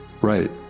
right